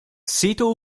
sito